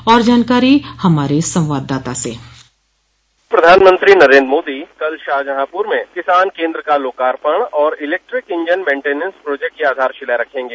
और जानकारी हमारे संवाददाता से प्रधानमंत्री नरेन्द्र मोदी कल शाहजहांपुर में किसान केन्द्र का लोकार्पण और इलेक्ट्रिक इंजन मेंटिनेंस प्रोजेक्ट की आधारशिला रखेंगे